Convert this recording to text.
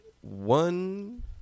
one